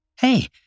Hey